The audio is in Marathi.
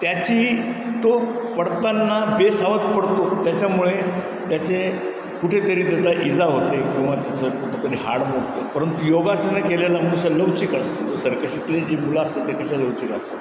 त्याची तो पडताना बेसावध पडतो त्याच्यामुळे त्याचे कुठेतरी त्याचा इजा होते किंवा त्याचं कुठेतरी हाड मोडतं परंतु योगासनं केलेल्या मनुष्य लवचिक असतो ज सर्कशितली जी मुलं असते ते कसे लवचिक असतात